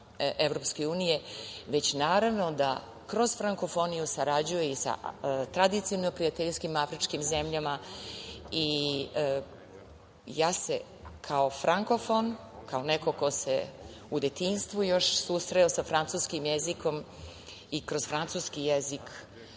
od osnivača EU, već naravno, kroz frankofoniju, da sarađuje i sa tradicionalno prijateljskim afričkim zemljama. Kao frankofon, kao neko ko se u detinjstvu još susreo sa francuskim jezikom i kroz francuski jezik